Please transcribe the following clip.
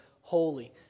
holy